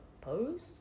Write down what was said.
post